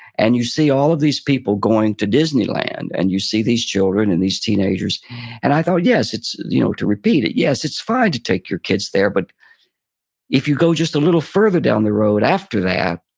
and you see all of these people going to disneyland, and you see these children and these teenagers and i thought, yes, it's you know repeating. yes, it's fine to take your kids there, but if you go just a little further down the road after that,